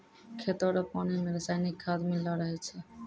खेतो रो पानी मे रसायनिकी खाद मिल्लो रहै छै